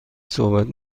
صحبت